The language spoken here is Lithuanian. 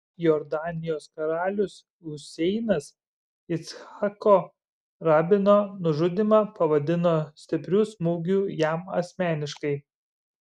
jordanijos karalius huseinas icchako rabino nužudymą pavadino stipriu smūgiu jam asmeniškai